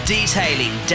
Detailing